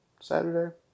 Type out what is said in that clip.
Saturday